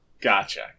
Gotcha